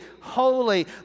holy